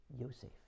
Yosef